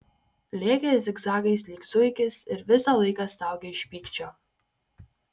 lėkė zigzagais lyg zuikis ir visą laiką staugė iš pykčio